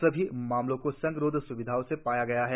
सभी मामलों को संगरोध स्विधाओं से पाये गए है